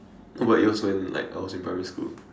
no but it was when like I was in primary school